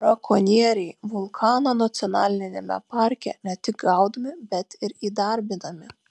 brakonieriai vulkano nacionaliniame parke ne tik gaudomi bet ir įdarbinami